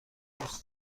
دوست